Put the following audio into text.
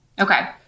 Okay